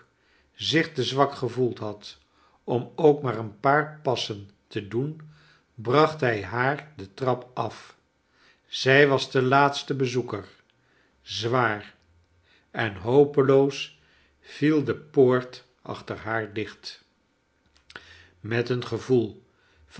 zich te zwak gevoeld had om ook maar een paar pas sen te doen bracht hij haar de trap af zij was de laatste bezoeker zwaar en hopeloos viel de poort achter haar dicht met een gevoel